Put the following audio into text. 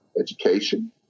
education